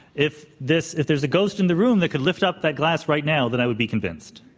if this if there's a ghost in the room that could lift up that glass right now, then i would be convinced.